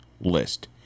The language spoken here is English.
list